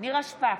נירה שפק,